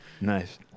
Nice